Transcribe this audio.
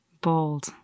Bold